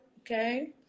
okay